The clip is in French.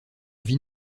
vie